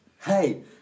Hey